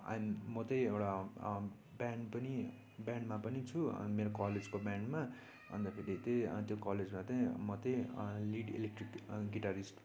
I am म त्यही एउटा ब्यान्ड पनि ब्यान्डमा पनि छु अनि मेरो कलेजको ब्यान्डमा अन्त फेरि त्यही त्यो कलेजमा त्यही म त्यही लिड इलेक्ट्रिक गिटारिस्ट